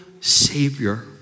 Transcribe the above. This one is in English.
Savior